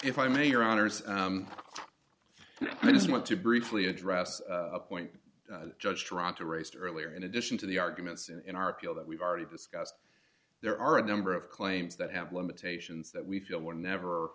if i may your honors i just want to briefly address a point judge toronto raised earlier in addition to the arguments and in our appeal that we've already discussed there are a number of claims that have limitations that we feel were never